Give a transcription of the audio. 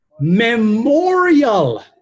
memorial